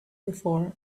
before